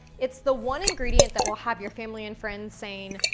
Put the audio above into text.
it's the one ingredient that will have your family and friends saying,